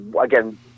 again